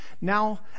Now